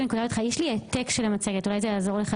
יש לי העתק של המצגת, אם זה יעזור לך.